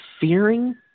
fearing